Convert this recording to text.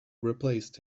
replaced